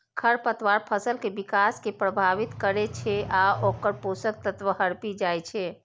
खरपतवार फसल के विकास कें प्रभावित करै छै आ ओकर पोषक तत्व हड़पि जाइ छै